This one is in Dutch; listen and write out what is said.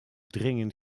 dringend